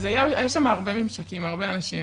היה שם הרבה ממשקים, הרבה אנשים.